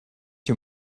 you